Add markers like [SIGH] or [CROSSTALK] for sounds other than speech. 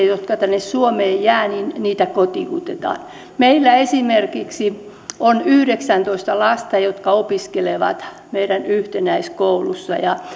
[UNINTELLIGIBLE] jotka tänne suomeen jäävät ovat sitten eri asia heitä kotiutetaan meillä esimerkiksi on yhdeksäntoista lasta jotka opiskelevat meidän yhtenäiskoulussamme ja [UNINTELLIGIBLE]